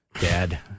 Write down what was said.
Dad